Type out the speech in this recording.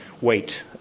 wait